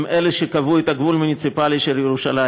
הם שקבעו את הגבול המוניציפלי של ירושלים,